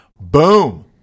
boom